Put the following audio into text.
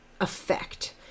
effect